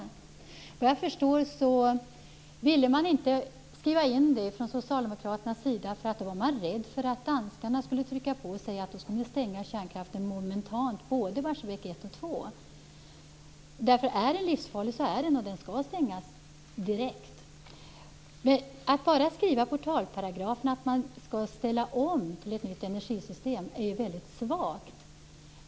Såvitt jag förstår ville man inte skriva in det från socialdemokraternas sida därför att man var rädd för att danskarna skulle trycka på och säga att vi skall stänga kärnkraftverken momentant, både Barsebäck 1 och Barsebäck 2. Är det livsfarligt skall de stängas direkt. Att i portalparagrafen bara skriva att man skall ställa om till ett nytt energisystem är väldigt svagt.